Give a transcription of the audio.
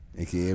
aka